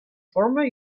former